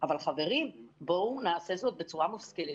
אבל, חברים, בואו נעשה זאת בצורה מושכלת.